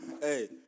Hey